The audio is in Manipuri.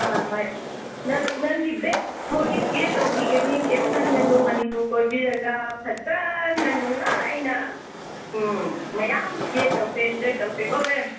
ꯑꯥ ꯍꯣꯏ ꯅꯪ ꯅꯪꯒꯤ ꯕꯦꯒ ꯀꯤꯌꯔ ꯇꯧꯕꯤꯒꯅꯤ ꯀꯔꯤꯝ ꯈꯟꯒꯅꯨ ꯃꯅꯤꯄꯨꯔ ꯀꯣꯏꯕꯤꯔꯒ ꯐꯖꯅ ꯅꯨꯡꯉꯥꯏꯅ ꯎꯝ ꯃꯌꯥꯝ ꯏꯁꯇꯦ ꯇꯧꯁꯦ ꯑꯦꯟꯖꯣꯏ ꯇꯧꯁꯦꯀꯣ ꯃꯦꯝ